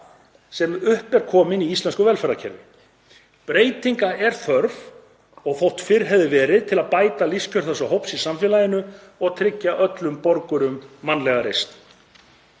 sem upp er kominn í íslensku velferðarkerfi. Breytinga er þörf, og þótt fyrr hefði verið, til að bæta lífskjör þessa hóps í samfélaginu og tryggja öllum borgurum mannlega reisn.